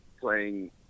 playing